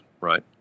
Right